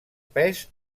pes